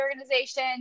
organization